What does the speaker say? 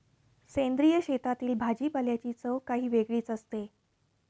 सेंद्रिय शेतातील भाजीपाल्याची चव काही वेगळीच लागते